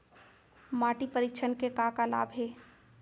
माटी परीक्षण के का का लाभ हे?